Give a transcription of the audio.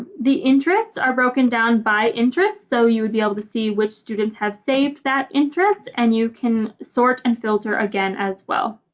the interests are broken down by interest so you would be able to see which students have saved that interest and you can sort and filter again as well.